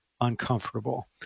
uncomfortable